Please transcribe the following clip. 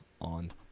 on